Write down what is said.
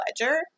Ledger